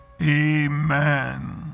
amen